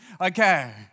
Okay